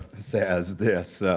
says this,